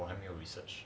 我还没有 research